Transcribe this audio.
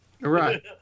Right